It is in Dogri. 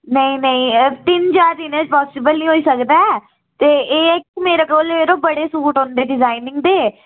नेईं नेईं तिन्न चार दिनें ई च निं पासिबल होई सकदा ते एह् मेरे कोल जरो बड़े सूट औंदे डिजाइनिंग दे